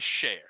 share